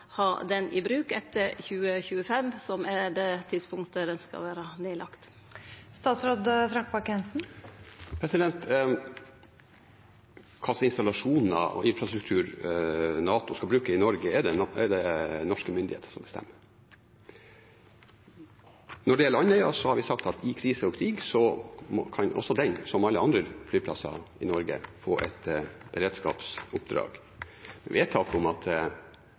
ha han i bruk etter 2025, som er tidspunktet då han skal vere lagd ned? Hvilke installasjoner og hvilken infrastruktur NATO skal bruke i Norge, er det norske myndigheter som bestemmer. Når det gjelder Andøya, har vi sagt at i krise og krig kan også den, som alle andre flyplasser i Norge, få et beredskapsoppdrag. Vedtaket om at